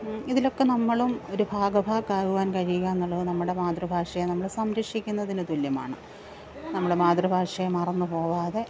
ഇതിലൊക്കെ നമ്മളും ഒരു ഭാഗഭാക്കാകുവാൻ കഴിയുക എന്നുള്ളത് നമ്മുടെ മാതൃഭാഷയെ നമ്മള് സംരക്ഷിക്കുന്നതിന് തുല്യമാണ് നമ്മുടെ മാതൃഭാഷയെ മറന്നു പോകാതെ